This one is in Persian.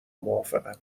موافقم